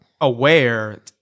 aware